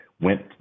went